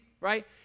right